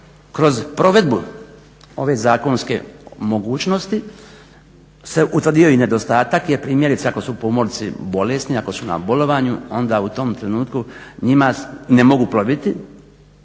kroz provedbu ove zakonske mogućnosti se utvrdio i nedostatak jer primjerice ako su pomorci bolesni, ako su na bolovanju onda u tom trenutku njima ne mogu ploviti